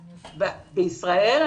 בישראל?